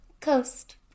coast